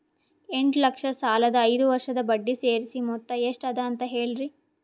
ಎಂಟ ಲಕ್ಷ ಸಾಲದ ಐದು ವರ್ಷದ ಬಡ್ಡಿ ಸೇರಿಸಿ ಮೊತ್ತ ಎಷ್ಟ ಅದ ಅಂತ ಹೇಳರಿ?